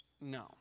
no